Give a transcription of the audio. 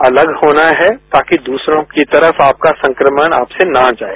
अलग होना है ताकि दूसरों की तरफ आपका संक्रमण आपसे न जाए